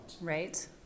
Right